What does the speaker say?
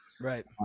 right